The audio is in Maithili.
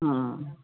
हँ